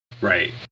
Right